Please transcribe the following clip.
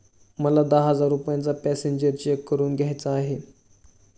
मला दहा हजारांचा पॅसेंजर चेक जारी करून घ्यायचा आहे